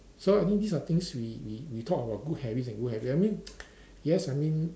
so I think these are things we we we talk about good habits and good habit I mean yes I mean